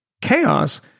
chaos